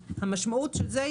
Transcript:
המשמעות של זה,